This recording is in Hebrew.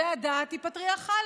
והדת היא פטריארכלית.